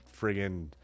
friggin